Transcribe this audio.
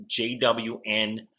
JWN